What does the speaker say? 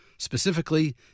specifically